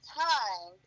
time